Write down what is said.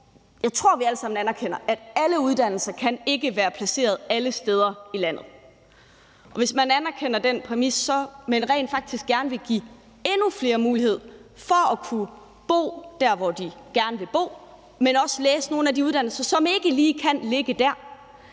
Jeg tror, at vi alle sammen anerkender, at alle uddannelser ikke kan være placeret alle steder i landet. Og hvis man anerkender den præmis, men rent faktisk gerne vil give endnu flere mulighed for at kunne bo der, hvor de gerne bo, men også læse på en af de uddannelser, som ikke lige kan lægge der,